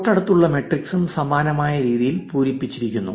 തൊട്ടടുത്തുള്ള മാട്രിക്സും സമാനമായ രീതിയിൽ പൂരിപ്പിച്ചിരിക്കുന്നു